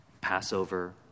Passover